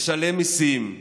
משלם מיסים,